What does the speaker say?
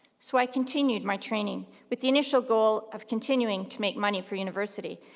so i continued my training with the initial goal of continuing to make money for university.